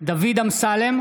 דוד אמסלם,